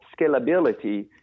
scalability